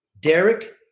Derek